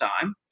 time